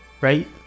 right